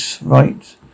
right